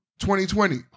2020